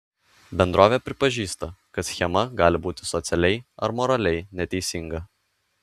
bendrovė pripažįsta kad schema gali būti socialiai ar moraliai neteisinga